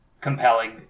compelling